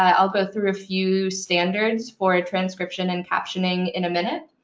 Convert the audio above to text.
i'll go through a few standards for a transcription and captioning in a minute.